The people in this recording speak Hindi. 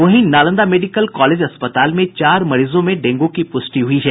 वहीं नालंदा मेडिकल कॉलेज अस्पताल में चार मरीजों में डेंगू की पुष्टि हुई है